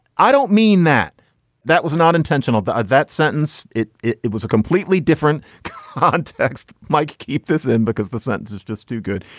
i don't mean that that was not intentional that that sentence it it it was a completely different context. mike, keep this in because the sentence is just too good.